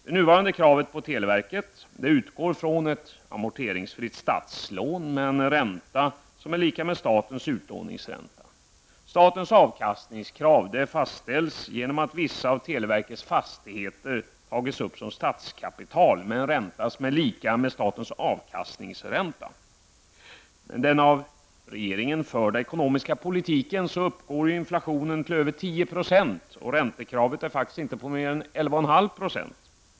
Det nuvarande kravet på televerket utgår från ett amorteringsfritt statslån med en ränta som är lika med statens utlåningsränta. Statens avkastningskrav fastställs genom att vissa av televerkets fastigheter tagits upp som statskapital med en ränta som är lika med statens avkastningsränta. Med den av regeringen förda ekonomiska politiken uppgår inflationen till över 10 %. Räntekravet är inte mer än 11,5 %.